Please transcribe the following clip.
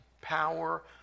power